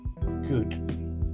good